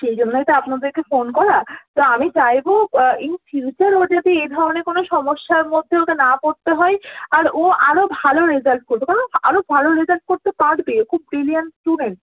সেই জন্যই তো আপনাদেরকে ফোন করা তা আমি চাইব ইন ফিউচার ও যাতে এ ধরনের কোনও সমস্যার মধ্যে ওকে না পড়তে হয় আর ও আরও ভালো রেজাল্ট করবে কারণ আরও ভালো রেজাল্ট করতে পারবে ও খুব ব্রিলিয়ান্ট স্টুডেন্ট